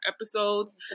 episodes